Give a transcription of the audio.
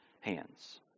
hands